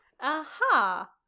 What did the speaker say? Aha